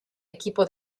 equipo